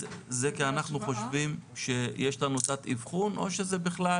זה כי אנחנו חושבים שיש לנו תת אבחון או שזה בכלל